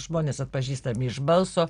žmonės atpažįstami iš balso